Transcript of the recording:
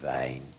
vain